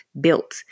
built